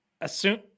assume